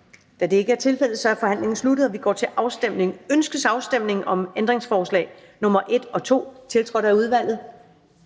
afstemning. Kl. 16:14 Afstemning Første næstformand (Karen Ellemann): Ønskes afstemning om ændringsforslag nr. 1 og 2, tiltrådt af udvalget?